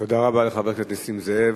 תודה רבה לחבר הכנסת נסים זאב.